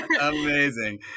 Amazing